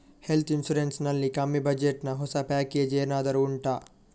health insurance ನಲ್ಲಿ ಕಮ್ಮಿ budget ನ ಹೊಸ ಪ್ಯಾಕೇಜ್ ಏನಾದರೂ ಉಂಟಾ